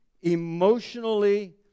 emotionally